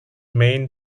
main